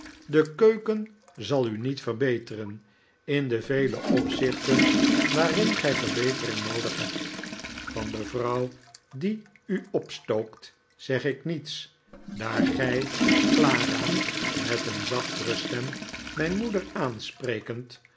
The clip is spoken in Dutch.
de keuken zal u niet verbeteren in de vele opzichten waarin gij verbetering noodig hebt van de vrouw die u opstookt zeg ik niets daar gij clara met een zachtere stem mijn moeder aansprekend